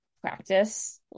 practice